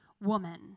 woman